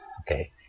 Okay